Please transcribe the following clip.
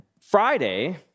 Friday